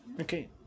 Okay